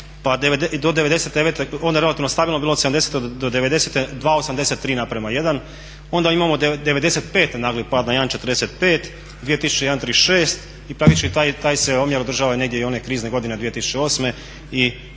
pa do '90. onda je relativno stabilno bilo od '70. do '90. 2,83:1. Onda imamo '95. nagli pad na 1:45, 2001. 1,36:1 i praktički taj se omjer održava i negdje i one krizne godine 2008.